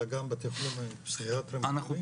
אלא גם בתי חולים פסיכיאטריים אחרים --- אנחנו